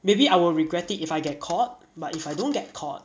maybe I will regret it if I get caught but if I don't get caught